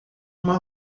uma